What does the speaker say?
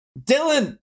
Dylan